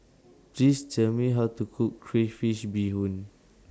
Please Tell Me How to Cook Crayfish Beehoon